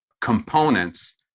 components